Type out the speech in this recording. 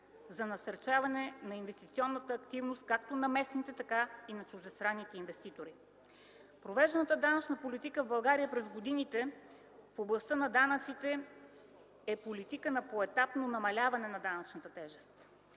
за насърчаване на инвестиционната активност както на местните, така и на чуждестранните инвеститори. Провежданата данъчна политика в България през годините в областта на данъците е политика на поетапно намаляване на данъчната тежест.